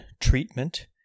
treatment